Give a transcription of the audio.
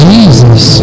Jesus